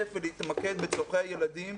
לתעדף ולהתמקד בצרכי הילדים.